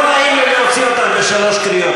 לא נעים לי להוציא אותך בשלוש קריאות.